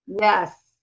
Yes